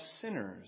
sinners